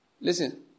Listen